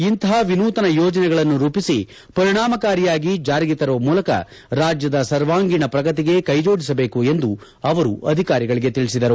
ಇಂತಹ ವಿನೂತನ ಯೋಜನೆಗಳನ್ನು ರೂಪಿಸಿ ಪರಿಣಾಮಕಾರಿಯಾಗಿ ಜಾರಿಗೆ ತರುವ ಮೂಲಕ ರಾಜ್ಯದ ಸರ್ವಾಂಗೀಣ ಪ್ರಗತಿಗೆ ಕೈಜೋಡಿಸಬೇಕು ಎಂದು ಅವರು ಅಧಿಕಾರಿಗಳಿಗೆ ತಿಳಿಸಿದರು